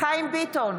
חיים ביטון,